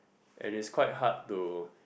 and it's quite hard to